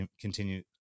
continue